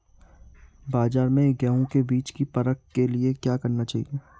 बाज़ार में गेहूँ के बीज की परख के लिए क्या करना चाहिए?